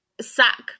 sack